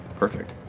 perfect.